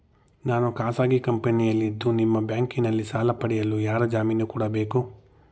ನಾನು ಖಾಸಗಿ ಕಂಪನಿಯಲ್ಲಿದ್ದು ನಿಮ್ಮ ಬ್ಯಾಂಕಿನಲ್ಲಿ ಸಾಲ ಪಡೆಯಲು ಯಾರ ಜಾಮೀನು ಕೊಡಬೇಕು?